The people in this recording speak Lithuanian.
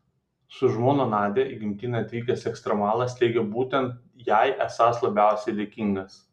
su žmona nadia į gimtinę atvykęs ekstremalas teigė būtent jai esąs labiausiai dėkingas